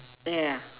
ya